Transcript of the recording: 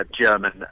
German